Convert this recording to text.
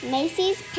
Macy's